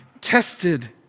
tested